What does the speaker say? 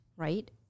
Right